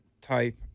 type